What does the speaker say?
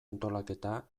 antolaketa